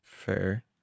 Fair